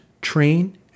train